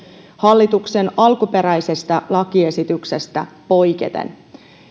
hallituksen alkuperäisestä lakiesityksestä poiketen